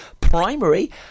Primary